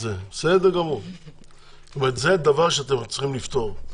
זה דבר שאתם צריכים לפתור,